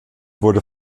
wurde